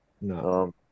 No